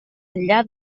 enllà